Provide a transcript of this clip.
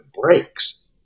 breaks